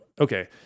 okay